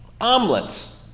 Omelets